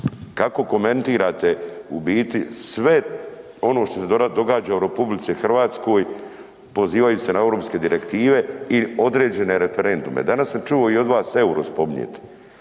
kako komentirate u biti sve ono što se događa u RH pozivajući se na europske direktive i određene referendume? Danas sam čuo i od vas, euro spominjete,